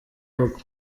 koko